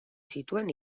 zituen